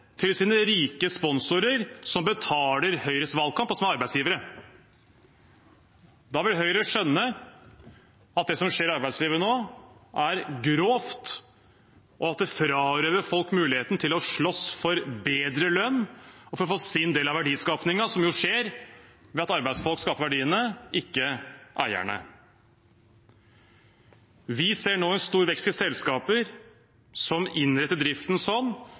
til sine rike sponsorer som betaler Høyres valgkamp og er arbeidsgivere. Da vil Høyre skjønne at det som skjer i arbeidslivet nå, er grovt, og at det frarøver folk muligheten til å slåss for bedre lønn og for å få sin del av verdiskapningen, som jo skjer ved at arbeidsfolk skaper verdiene, ikke eierne. Vi ser nå stor vekst i selskaper som innretter driften